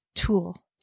tool